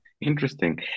Interesting